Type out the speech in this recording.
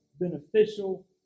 beneficial